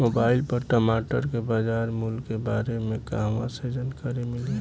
Mobile पर टमाटर के बजार मूल्य के बारे मे कहवा से जानकारी मिली?